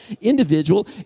individual